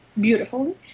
beautifully